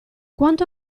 quanto